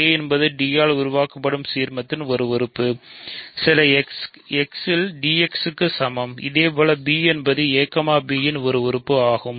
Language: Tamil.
a என்பது d ஆல் உருவாக்கப்படும் சீர்மத்தின் ஒரு உறுப்பு சில x இல் dx க்கு a சமம் இதேபோல் b என்பது a b இன் ஒரு உறுப்பு ஆகும்